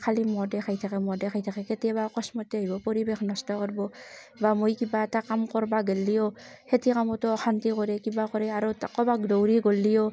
খালী মদেই খাই থাকে মদেই খাই থাকে কেতিয়াবা অকস্মাতে আহিব পৰিৱেশ নষ্ট কৰিব বা মই কিবা এটা কাম কৰিব গ'লেও সেথি কামতো অশান্তি কৰে কিবা কৰে আৰু ত ক'ৰবাত দৌৰি গ'লেও